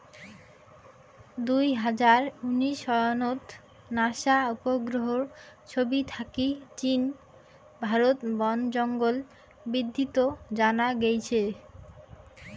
দুই হাজার উনিশ সনত নাসা উপগ্রহর ছবি থাকি চীন, ভারত বনজঙ্গল বিদ্ধিত জানা গেইছে